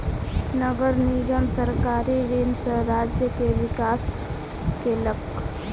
नगर निगम सरकारी ऋण सॅ राज्य के विकास केलक